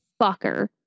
Fucker